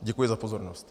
Děkuji za pozornost.